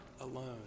alone